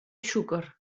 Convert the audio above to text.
xúquer